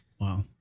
wow